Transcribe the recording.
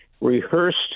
rehearsed